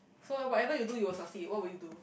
so whatever you do you will succeed what would you do